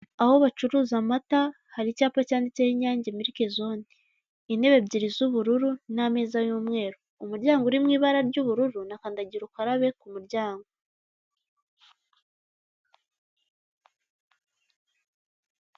Aho bacuruza amata, hari icyapa cyanditseho INYANGE MILK ZONE, intebe ebyiri z'ubururu n'ameza y'umweru, umuryango uri mu ibara ry'ubururu na kandagira ukarabe ku muryango.